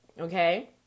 okay